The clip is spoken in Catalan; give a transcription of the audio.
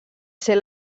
ser